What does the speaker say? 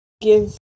give